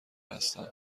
هستم